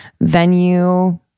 venue